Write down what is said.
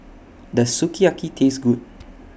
Does Sukiyaki Taste Good